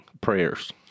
prayers